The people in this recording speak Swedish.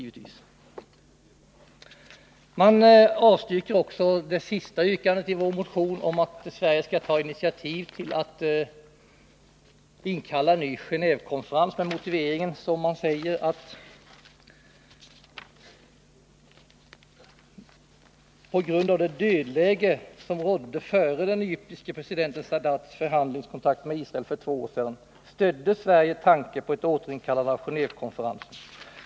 ; Utskottet avstyrker också yrkandet att Sverige skulle ta initiativ till att inkalla en ny Gené&vekonferens, och utskottet skriver följande: ”I det dödläge som rådde före den egyptiska presidenten Sadats förhandlingskontakt med Israel för två år sedan, stödde Sverige tanken på ett återinkallande av Genéevekonferensen.